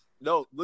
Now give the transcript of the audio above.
No